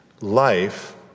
Life